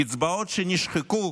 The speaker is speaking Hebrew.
קצבאות שנשחקו